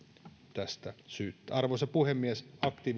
tästä syyttää arvoisa puhemies